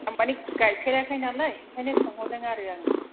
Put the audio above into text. आं माने गायफेराखै नालाय ओंखायनो सोंहरदों आरो आङो